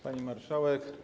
Pani Marszałek!